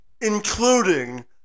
including